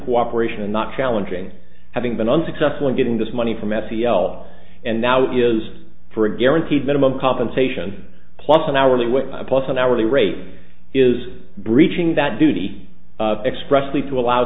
cooperation and not challenging having been unsuccessful in getting this money from s c l and now is for a guaranteed minimum compensation plus an hourly wage plus an hourly rate is breaching that duty expressly to allow